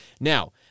now